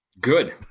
Good